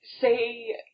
Say